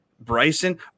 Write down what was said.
Bryson